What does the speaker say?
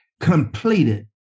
completed